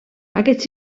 aquests